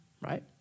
right